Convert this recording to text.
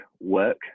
work